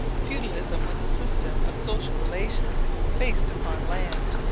feudalism was a system of social relations based upon land.